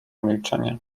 milczenie